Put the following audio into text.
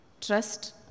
Trust